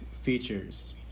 features